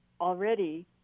already